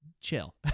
chill